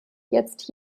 jetzt